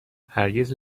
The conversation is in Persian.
هرگز